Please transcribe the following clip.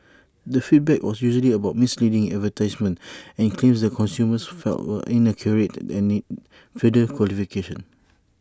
the feedback was usually about misleading advertisements and claims that consumers felt were inaccurate and needed further clarification